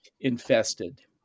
infested